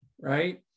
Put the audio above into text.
right